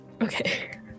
Okay